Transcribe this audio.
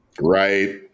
Right